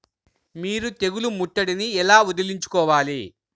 మీరు తెగులు ముట్టడిని ఎలా వదిలించుకోవాలి?